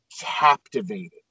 captivated